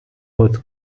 was